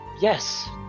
Yes